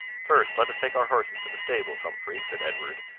first, let us take our horses to the stables, humphrey, said edward,